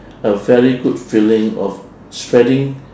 a very good feeling of spreading